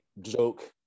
joke